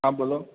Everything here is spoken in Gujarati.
હા બોલો